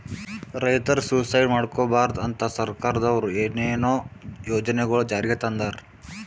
ರೈತರ್ ಸುಯಿಸೈಡ್ ಮಾಡ್ಕೋಬಾರ್ದ್ ಅಂತಾ ಸರ್ಕಾರದವ್ರು ಏನೇನೋ ಯೋಜನೆಗೊಳ್ ಜಾರಿಗೆ ತಂದಾರ್